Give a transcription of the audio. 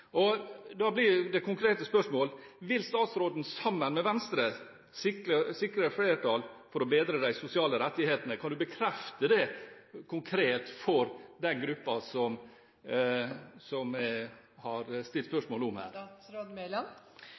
Da blir det konkrete spørsmålet: Vil statsråden sammen med Venstre sikre flertall for å bedre de sosiale rettighetene? Kan statsråden bekrefte det konkret for den gruppen som jeg har stilt spørsmål om her?